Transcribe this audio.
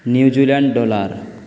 New Zealand dollar